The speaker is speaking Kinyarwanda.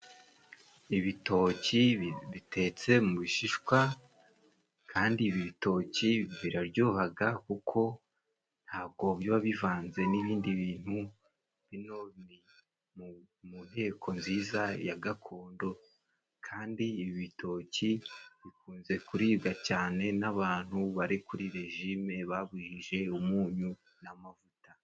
Ibitoki bitetse mu bishishwa， kandi ibi bitoki biraryohaga kuko ntabwo biba bivanze n'ibindi bintu， biri mu nteko nziza ya gakondo， kandi ibi bitoki bikunze kuribwa cyane n'abantu， bari kuri regime babujije umunyu n'amavuta.